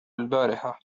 البارحة